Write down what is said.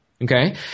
Okay